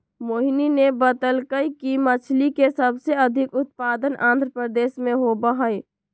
मोहिनी ने बतल कई कि मछ्ली के सबसे अधिक उत्पादन आंध्रप्रदेश में होबा हई